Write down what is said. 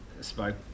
spoke